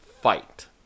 fight